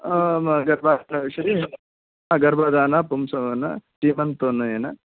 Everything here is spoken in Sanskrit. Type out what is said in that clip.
गर्भाधानविषये गर्भाधान पुंसवन सीमन्तोन्नयन